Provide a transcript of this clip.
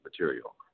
material